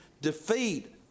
Defeat